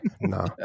no